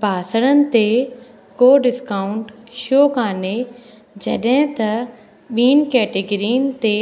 बासण ते को डिस्काउंट छो कोन्हे जॾहिं त ॿिनि कैटेगरियुनि ते